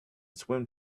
swim